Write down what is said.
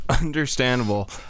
Understandable